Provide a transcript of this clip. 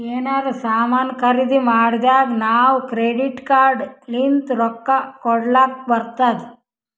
ಎನಾರೇ ಸಾಮಾನ್ ಖರ್ದಿ ಮಾಡ್ದಾಗ್ ನಾವ್ ಕ್ರೆಡಿಟ್ ಕಾರ್ಡ್ ಲಿಂತ್ ರೊಕ್ಕಾ ಕೊಡ್ಲಕ್ ಬರ್ತುದ್